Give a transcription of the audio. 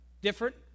different